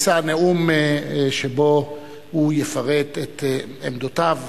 הוא יישא נאום שבו הוא יפרט את עמדותיו